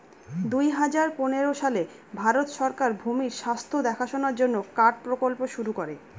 দুই হাজার পনেরো সালে ভারত সরকার ভূমির স্বাস্থ্য দেখাশোনার জন্য কার্ড প্রকল্প শুরু করে